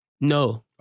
No